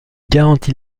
garantit